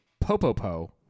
Popopo